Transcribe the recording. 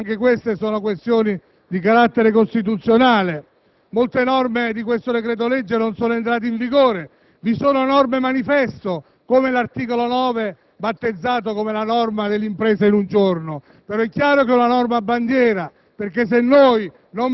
quindi non le ripeto, ma anche queste sono questioni di carattere costituzionale. Molte norme del decreto‑legge in esame non sono entrate in vigore. Vi sono norme manifesto come l'articolo 9, battezzato "la norma delle imprese in un giorno". È chiaro, però, che si tratta di